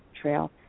trail